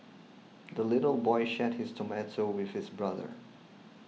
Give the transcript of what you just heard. the little boy shared his tomato with his brother